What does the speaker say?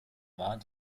war